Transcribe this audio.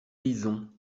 lisons